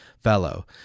fellow